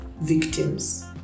victims